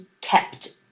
kept